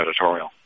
editorial